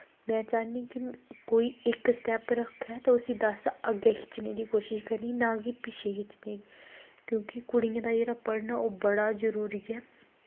में चाह्न्नीं कि कोई इक स्टैप रक्खै तां उस्सी दस अग्गें खिच्चने दी कोशश करनी ना कि पिच्छें खिच्चने दी क्योंकि कुड़ियें दा जेह्का पढ़ना बड़ा जरूरी ऐ